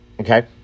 Okay